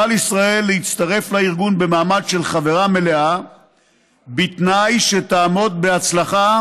ישראל תוכל להצטרף לארגון במעמד של חברה מלאה בתנאי שתעמוד בהצלחה